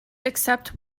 except